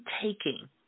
taking